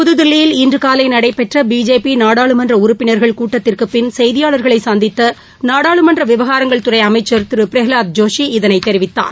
புதுதில்லியில் இன்று காலை நடைபெற்ற பிஜேபி நாடாளுமன்ற உறுப்பினா்கள் கூட்டத்திற்குப் பின் செய்தியாளர்களை சந்தித்த நாடாளுமன்ற விவகாரங்கள் துறை அமைச்சர் திரு பிரகலாத் ஜோஷி இதனைத் தெரிவித்தார்